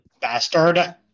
Bastard